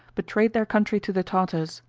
betrayed their country to the tartars.